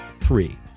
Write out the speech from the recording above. three